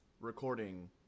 recording